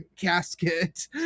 casket